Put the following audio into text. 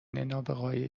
نابغههای